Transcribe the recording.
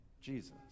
Jesus